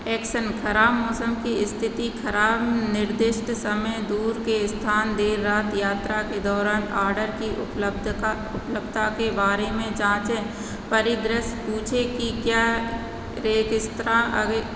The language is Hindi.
एक्सन खराब मौसम की स्थिति खराब निर्दिष्ट समय दूर के स्थान देर रात यात्रा के दौरान ऑडर की उपलब्ध का उपलब्धता के बारे में जाँचें परिदृश्य पूछे कि क्या रे किस तरह आगे